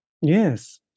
Yes